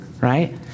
right